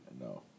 No